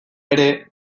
ere